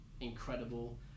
incredible